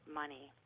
money